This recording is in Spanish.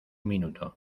minuto